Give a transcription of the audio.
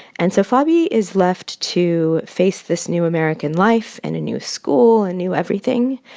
and so fabi is left to face this new american life and a new school, a new everything.